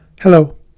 Hello